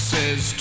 Says